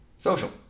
Social